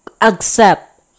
accept